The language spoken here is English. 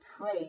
pray